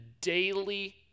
daily